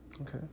okay